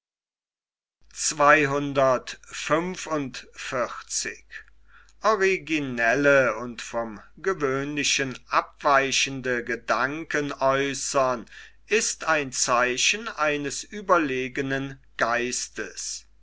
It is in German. gelangte ist ein zeichen eines überlegenen geistes